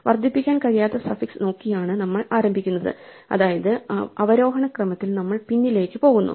വർദ്ധിപ്പിക്കാൻ കഴിയാത്ത സഫിക്സ് നോക്കിയാണ് നമ്മൾ ആരംഭിക്കുന്നത് അതായത് അവരോഹണ ക്രമത്തിൽ നമ്മൾ പിന്നിലേക്ക് പോകുന്നു